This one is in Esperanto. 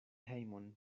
hejmon